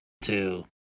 two